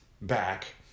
back